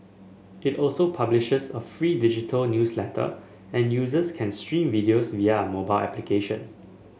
it also publishes a free digital newsletter and users can stream videos via a mobile application